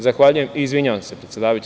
Zahvaljujem se i izvinjavam se predsedavajuća.